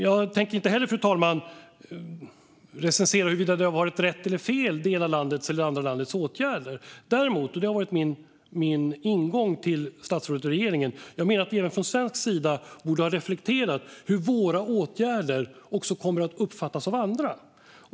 Jag tänker inte heller, fru talman, recensera huruvida det ena eller det andra landets åtgärder har varit rätt eller fel. Däremot, och det har varit min ingång till statsrådet och regeringen, menar jag att vi även från svensk sida borde ha reflekterat över hur våra åtgärder kommer att uppfattas av andra.